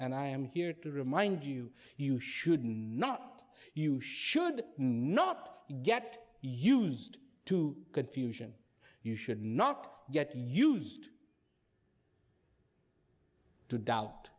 and i am here to remind you you should not you should not get used to confusion you should not get used to doubt